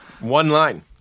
One-line